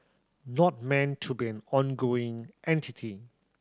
not meant to be an ongoing entity